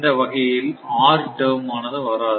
இந்த வகையில் r term ஆனது வராது